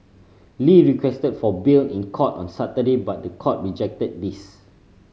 Lee requested for bail in court on Saturday but the court rejected this